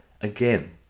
Again